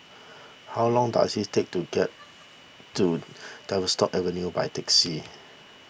how long does it take to get to Tavistock Avenue by taxi